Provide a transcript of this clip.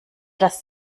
das